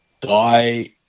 die